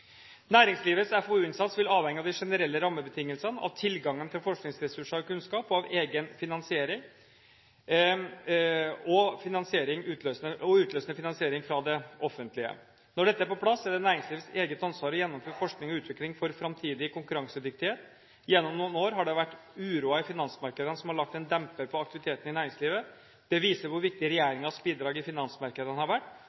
Næringslivets FoU-innsats vil avhenge av de generelle rammebetingelsene, av tilgangen til forskningsressurser og kunnskap og av egen finansiering og utløsende finansiering fra det offentlige. Når dette er på plass, er det næringslivets eget ansvar å gjennomføre forskning og utvikling for framtidig konkurransedyktighet. Gjennom noen år har det vært uroen i finansmarkedene som har lagt en demper på aktiviteten i næringslivet. Det viser hvor viktig regjeringens bidrag i finansmarkedene har vært,